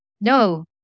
no